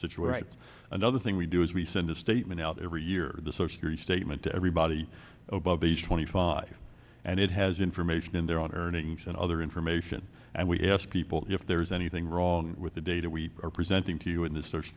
situations another thing we do is we send a statement out every year to social your statement to everybody about these twenty five and it has information in their own earnings and other information and we ask people if there's anything wrong with the data we are presenting to you in this search